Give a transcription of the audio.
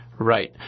Right